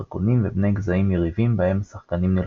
דרקונים ובני-גזעים יריבים בהם השחקנים נלחמים,